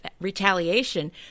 retaliation